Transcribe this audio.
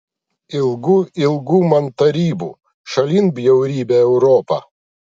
ilgu ilgu man tarybų šalin bjaurybę europą